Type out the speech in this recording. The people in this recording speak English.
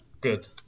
good